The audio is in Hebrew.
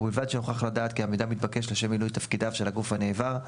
ובלבד שנוכח לדעת כי המידע מתבקש לשם מילוי תפקידיו של הגוף הנעבר,